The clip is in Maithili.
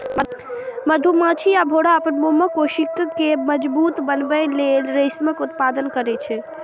मधुमाछी आ भौंरा अपन मोमक कोशिका कें मजबूत बनबै लेल रेशमक उत्पादन करै छै